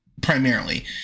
Primarily